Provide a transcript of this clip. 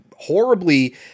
horribly